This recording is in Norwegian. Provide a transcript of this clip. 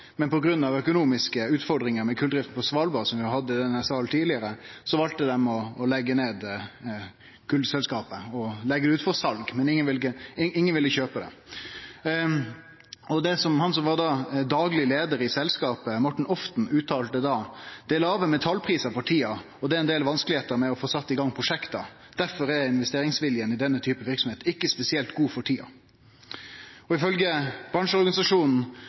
men på grunn av økonomiske utfordringar med koldrift på Svalbard, som vi har diskutert i denne salen tidlegare, valde dei å leggje ned kolselskapet og leggje det ut for sal, men ingen ville kjøpe det. Han som var dagleg leiar i selskapet, Morten Often, uttalte da: – Det er låge metallprisar for tida, og det er ein del vanskar med å få sett i gang prosjekt. Derfor er investeringsviljen i denne typen verksemd ikkje spesielt god for tida. Ifølgje bransjeorganisasjonen